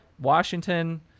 Washington